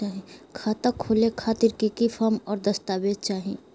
खाता खोले खातिर की की फॉर्म और दस्तावेज चाही?